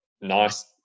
nice